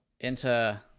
enter